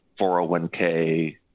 401k